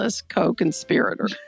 co-conspirator